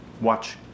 Watch